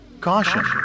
Caution